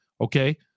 Okay